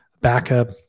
Backup